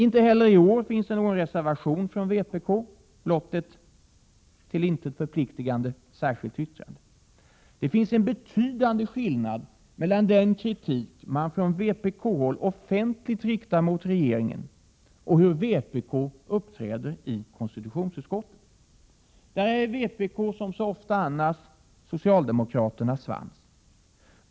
Inte heller i år finns någon reservation från vpk, blott ett till intet förpliktigande särskilt yttrande. Det finns en betydande skillnad mellan den kritik som från vpk-håll offentligen riktats mot regeringen och hur vpk uppträder i konstitutionsutskottet. Där är vpk som så ofta annars socialdemokraternas svans.